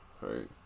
right